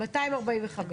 245,